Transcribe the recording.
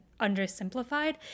undersimplified